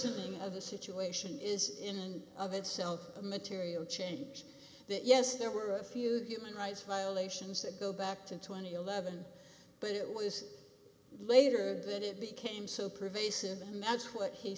ning of the situation is in and of itself a material change that yes there were a few human rights violations that go back to twenty eleven but it was later that it became so pervasive and that's what he